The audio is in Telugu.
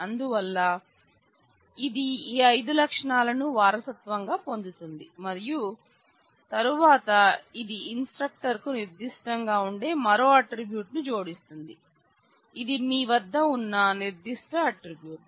అందువల్ల ఇది ఆ ఐదు లక్షణాలను వారసత్వంగా పొందుతుంది మరియు తరువాత ఇది ఇన్ స్ట్రక్టర్ కు నిర్ధిష్టంగా ఉండే మరో ఆట్రిబ్యూట్ ని జోడిస్తుంది ఇది మీ వద్ద ఉన్న నిర్ధిష్ట ఆట్రిబ్యూట్